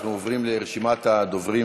אנחנו עוברים לרשימת הדוברים.